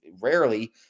rarely